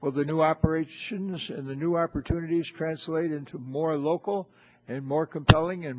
well the new operate shouldn't us and the new opportunities translate into more local and more compelling and